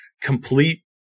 complete